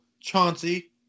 Chauncey